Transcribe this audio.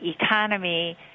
economy